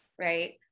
right